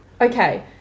Okay